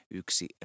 yksi